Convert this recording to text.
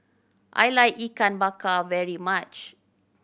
I like Ikan Bakar very much